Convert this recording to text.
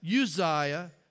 Uzziah